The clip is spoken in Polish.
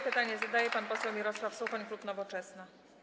Pytanie zadaje pan poseł Mirosław Suchoń, klub Nowoczesna.